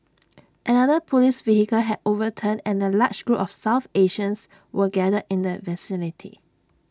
another Police vehicle had overturned and A large group of south Asians were gathered in the vicinity